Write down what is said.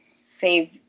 save